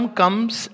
comes